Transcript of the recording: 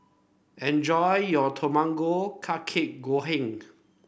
enjoy your Tamago Kake Gohan